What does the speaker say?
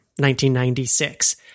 1996